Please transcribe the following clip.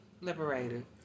liberated